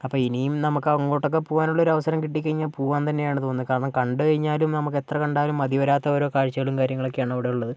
അപ്പോൾ ഇനിയും നമുക്ക് അങ്ങോട്ടൊക്കെ പോകാനുള്ള ഒരു അവസരം കിട്ടിക്കഴിഞ്ഞാൽ പോകാൻ തന്നെയാണ് തോന്നുന്നത് കാരണം കണ്ടു കഴിഞ്ഞാലും നമുക്ക് എത്ര കണ്ടാലും മതിവരാത്ത ഓരോ കാഴ്ചകളും കാര്യങ്ങളും ഒക്കെയാണ് അവിടെ ഉള്ളത്